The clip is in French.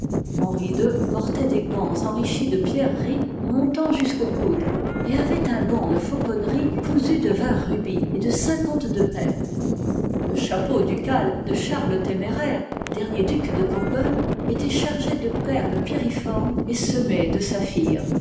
henry ii portait des gants enrichis de pierreries montant jus qu'au coude et avait un gant de fauconnerie cousu de vingt rubis et de cinquante-deux perles le chapeau ducal de charles le téméraire dernier duc de bourgogne était chargé de perles piriformes et semé de saphirs